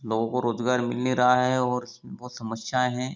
लोगों को रोजगार मिल नहीं रहा है और इसमें बहुत समस्याएं हैं